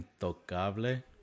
Intocable